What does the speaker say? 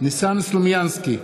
ניסן סלומינסקי,